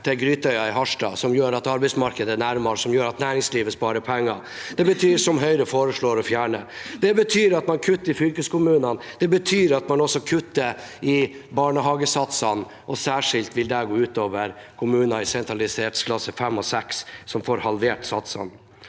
til Grytøya i Harstad kommune, som gjør at arbeidsmarkedet er nærmere, og at næringslivet sparer penger, men som Høyre foreslår å fjerne. Det betyr at man kutter i fylkeskommunene. Det betyr at man også kutter i barnehagesatsene, og det vil gå særskilt ut over kommuner i sentralitetsklasse 5 og 6, som da får halvert satsene.